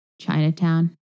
Chinatown